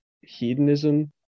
hedonism